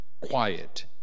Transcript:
Quiet